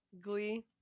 Glee